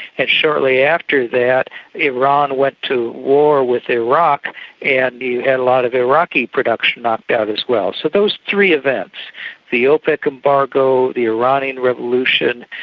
shortly after that iran went to war with iraq and you had a lot of iraqi production knocked out as well. so those three events the opec embargo, the iranian revolution,